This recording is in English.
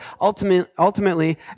ultimately